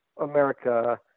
America